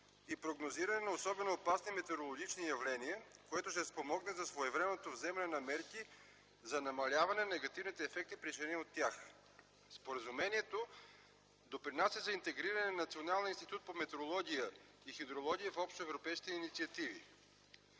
и прогнозиране на особено опасни метеорологични явления, което ще спомогне за своевременното вземане на мерки за намаляване негативните ефекти, причинени от тях. Споразумението допринася за интегриране на Националния институт по метеорология и хидрология в общоевропейските инициативи.